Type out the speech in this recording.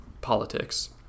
politics